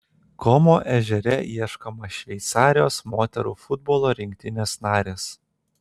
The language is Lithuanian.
komo ežere ieškoma šveicarijos moterų futbolo rinktinės narės